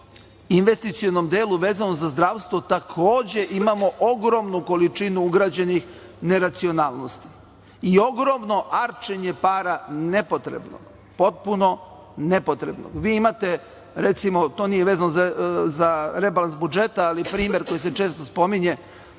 investicionom delu vezano za zdravstvo, takođe imamo ogromno količinu ugrađenih neracionalnosti i gromno arčenje para, nepotrebno, potpuno nepotrebno. Vi imate, recimo to nije vezano za rebalans budžeta, ali primer koji se često spominje,